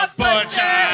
butcher